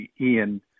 Ian